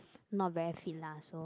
not very fit lah so